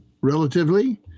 relatively